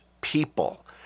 people